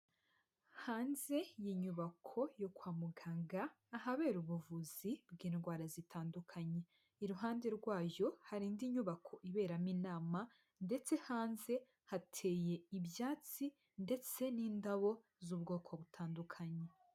Hanze y'inyubako yo kwa muganga ahabera ubuvuzi bw'indwara zitandukanye, iruhande rwayo hari indi nyubako iberamo inama, ndetse hanze hateye ibyatsi ndetse n'indabo z'ubwoko butandukanye.